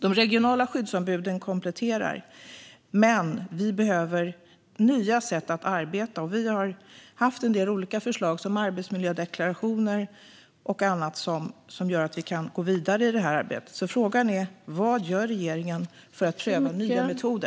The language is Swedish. De regionala skyddsombuden kompletterar Arbetsmiljöverket, men det behövs nya sätt att arbeta. Vi har haft en del olika förslag om arbetsmiljödeklarationer och annat som gör att vi kan gå vidare i det här arbetet. Frågan är: Vad gör regeringen för att pröva nya metoder?